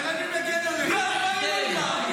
אתם מאמינים לו?